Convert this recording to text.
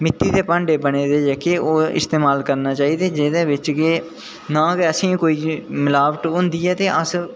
मित्ती दे भांडे बने दे जेह्के ओह् इस्तेमाल करना चाहिदे जेह्दे च की ओह् ना गै असेंगी कोई मलावट होंदी ऐ ते अस